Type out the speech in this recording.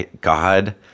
God